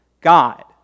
God